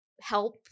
help